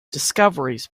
discoveries